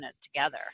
together